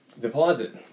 deposit